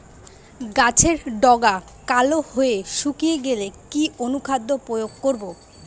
গাছের ডগা কালো হয়ে শুকিয়ে গেলে কি অনুখাদ্য প্রয়োগ করব?